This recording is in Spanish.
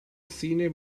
cine